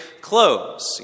clothes